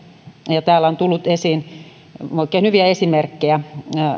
ja ja täällä on tullut esiin oikein hyviä esimerkkejä